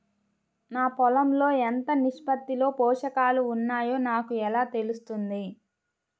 నా పొలం లో ఎంత నిష్పత్తిలో పోషకాలు వున్నాయో నాకు ఎలా తెలుస్తుంది?